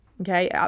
okay